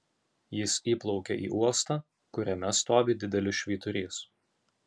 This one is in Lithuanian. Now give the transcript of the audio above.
jis įplaukia į uostą kuriame stovi didelis švyturys